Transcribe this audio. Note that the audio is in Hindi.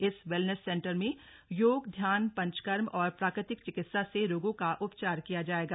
इस वैलनेस सेन्टर में योग ध्यान पंचकर्म और प्राकृतिक चिकित्सा से रोगों का उपचार किया जाएगा